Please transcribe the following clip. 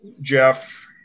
Jeff